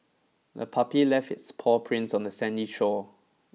the puppy left its paw prints on the sandy shore